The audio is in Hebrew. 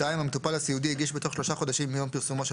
המטופל הסיעודי הגיש בתוך שלושה חודשים מיום פרסומו של